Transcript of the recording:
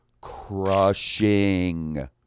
crushing